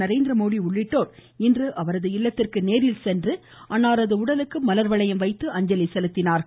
நரேந்திரமோதி உள்ளிட்டோர் இன்று அவரது இல்லத்திற்கு நேரில் சென்று அன்னாரது உடலுக்கு மலர் வளையம் வைத்து அஞ்சலி செலுத்தினார்கள்